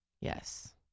yes